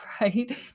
right